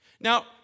Now